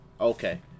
Okay